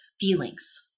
feelings